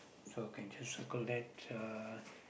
so can just circle that uh